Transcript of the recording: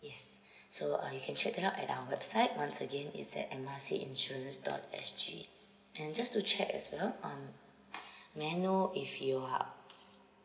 yes so uh you can check it out at our website once again it's at M R C insurance dot S_G and just to check as well um may I know if you are